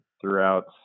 throughout